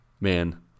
Man